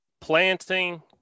planting